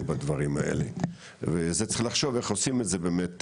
בדברים האלה וצריך לחשוב איך עושים את זה באמת,